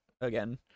again